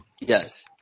Yes